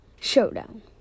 Showdown